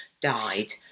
died